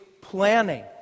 planning